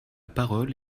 parole